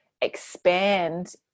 expand